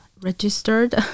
registered